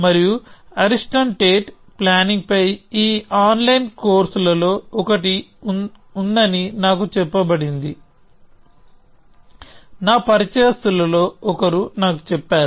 మరియు అరిస్టన్ టేట్ ప్లానింగ్ పై ఈ ఆన్ లైన్ కోర్సులలో ఒకటి ఉందని నాకు చెప్పబడింది నా పరిచయస్థులలో ఒకరు నాకు చెప్పారు